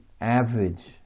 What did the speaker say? average